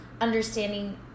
understanding